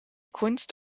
kunst